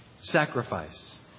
sacrifice